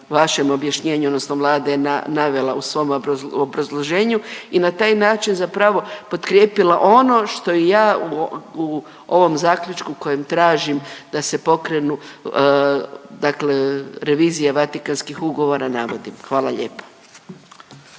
vašem objašnjenju odnosno Vlada je navela u svom obrazloženju i na taj način zapravo potkrijepila ono što i ja u ovom zaključku u kojem tražim da se pokretnu dakle revizija Vatikanskih ugovora navodim. Hvala lijepo.